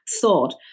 thought